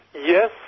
Yes